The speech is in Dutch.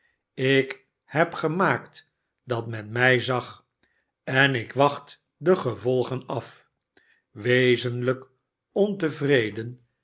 ik heb gemaakt dat men mij zag en ik wacht de gevolgen af wezenlijk ontevreden